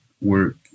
work